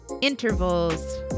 intervals